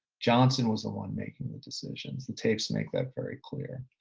johnson was the one making the decisions. the tapes make that very clear.